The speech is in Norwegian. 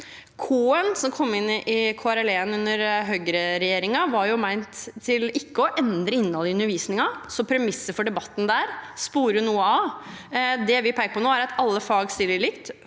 K-en som kom inn i KRLE under høyreregjeringen, var jo ikke ment å endre innholdet i undervisningen, så premisset for debatten sporer der noe av. Det vi peker på nå, er at alle fag stiller likt.